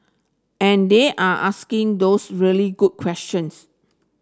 and they're asking those really good questions